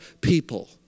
people